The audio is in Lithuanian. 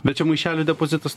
bet čia maišelio depozitas